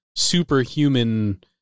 superhuman